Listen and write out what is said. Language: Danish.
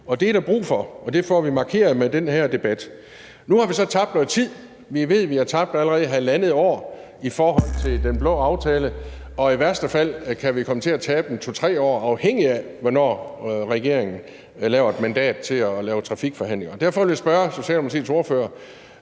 Det er der brug for, og det får vi markeret med den her debat. Nu har vi så tabt noget tid. Vi ved, at vi allerede har tabt halvandet år i forhold til den blå aftale, og i værste fald kan vi komme til at tabe en 2-3 år, afhængigt af hvornår regeringen laver et mandat til at føre trafikforhandlinger. Derfor vil jeg spørge Socialdemokratiets ordfører: